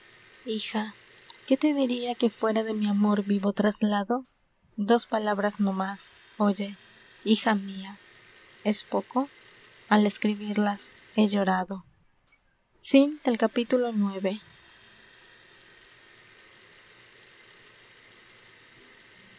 hija qué te diria que fuera de mi amor vivo traslado dos palabras no más oye hija mía es poco al escribirlas he llorado